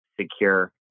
secure